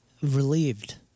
relieved